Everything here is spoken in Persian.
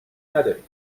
نداریم